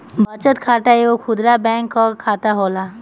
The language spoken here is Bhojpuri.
बचत खाता एगो खुदरा बैंक कअ खाता होला